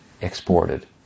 exported